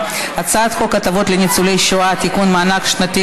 הצעת חוק הטבות לניצולי שואה (תיקון, מענק שנתי